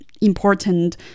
important